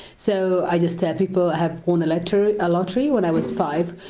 so, i just tell people i have won a lottery ah lottery when i was five,